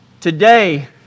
Today